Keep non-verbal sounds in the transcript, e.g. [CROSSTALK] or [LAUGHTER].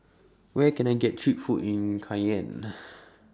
Where Can I get Cheap Food in Cayenne [NOISE]